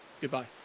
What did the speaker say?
Goodbye